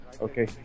Okay